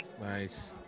Nice